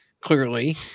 clearly